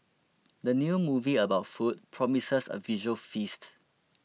the new movie about food promises a visual feast